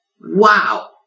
Wow